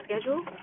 schedule